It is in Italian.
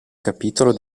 capitolo